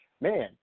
man